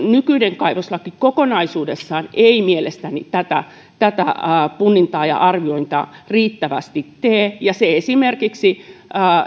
nykyinen kaivoslaki kokonaisuudessaan ei mielestäni tätä tätä punnintaa ja arviointia riittävästi tee se esimerkiksi